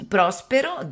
Prospero